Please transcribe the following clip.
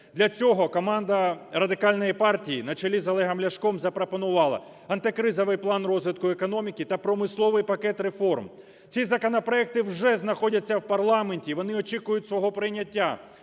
Для цього команда Радикальної партії на чолі з Олегом Ляшком запропонувала антикризовий план розвитку економіки та промисловий пакет реформ. Ці законопроекти вже знаходяться в парламенті, вони очікують свого прийняття.